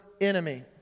enemy